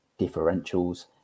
differentials